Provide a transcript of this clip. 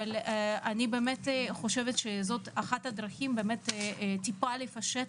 אבל אני באמת חושבת שזו אחת הדרכים טיפה לפשט